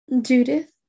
judith